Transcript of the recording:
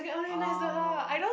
oh